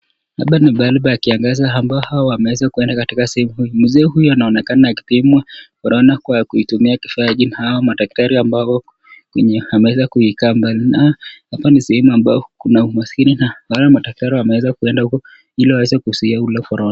Hapa ni pahali pa kiangazi ambao hao wanaonekana wemeenda sehemu huo mzee huyu anaonekana akipimwa, korona wakitumia kifaa hiki madaktari ambao, wameweza kuikaa mbali na wao, hapa ni sehemu ambao kuna umaskini na hawa madaktari wemeweza kuenda huku ili waweze kuizuia korona.